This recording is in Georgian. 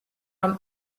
რომ